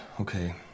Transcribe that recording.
Okay